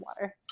water